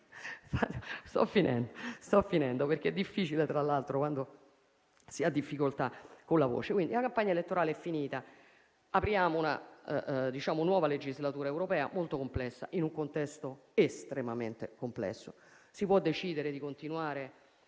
sto finendo, perché è difficile intervenire, tra l'altro, quando si ha difficoltà con la voce. Quindi, la campagna elettorale è finita, apriamo una nuova legislatura europea, molto complessa, in un contesto estremamente complesso. Si può decidere di continuare